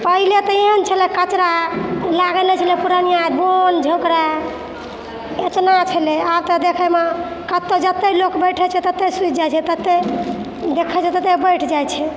पहिने तऽ एहन छलै कचड़ा लागल रहै छलै पूर्णियाँ बोन झोँकरा इतना छलै आब तऽ देखयमे कतहु जत्तहि लोक बैठै छै तत्तहि सुति जाइ छै जत्तहि देखै छै तत्तहि बैठि जाइ छै